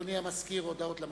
אדוני המזכיר, הודעות למזכיר.